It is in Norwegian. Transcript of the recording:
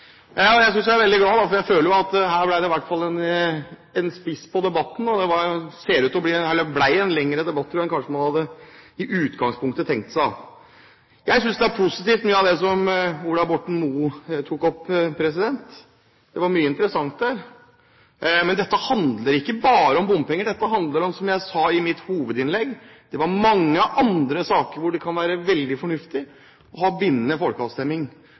fraksjoner. Jeg er veldig glad, for jeg føler at her ble det i hvert fall en spiss på debatten, og det ble en lengre debatt enn man kanskje i utgangspunktet hadde tenkt seg. Jeg synes det er positivt mye av det som Ola Borten Moe tok opp. Det var mye interessant der, men dette handler ikke bare om bompenger. Som jeg sa i mitt hovedinnlegg, er det mange andre saker det kan være veldig fornuftig å ha bindende folkeavstemning